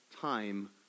time